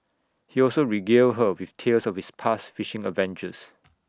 he also regaled her with tales of his past fishing adventures